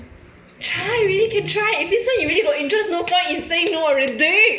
try really can try this one you really got interest no point in saying no already